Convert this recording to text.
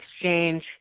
exchange